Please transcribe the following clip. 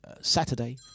Saturday